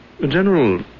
general